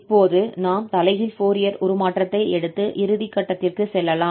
இப்போது நாம் தலைகீழ் ஃபோரியர் உருமாற்றத்தை எடுத்து இறுதி கட்டத்திற்கு செல்லலாம்